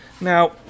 Now